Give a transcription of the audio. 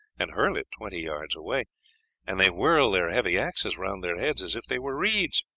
and hurl it twenty yards away and they whirl their heavy axes round their heads as if they were reeds.